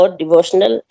devotional